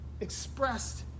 expressed